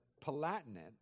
Palatinate